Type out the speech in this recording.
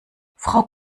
frau